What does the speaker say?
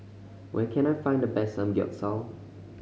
where can I find the best Samgyeopsal